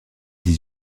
dix